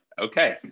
okay